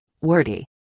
wordy